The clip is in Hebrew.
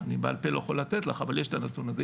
אני בעל-פה לא יכול לתת, אבל יש את הנתון הזה.